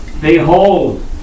behold